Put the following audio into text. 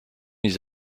ils